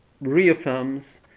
reaffirms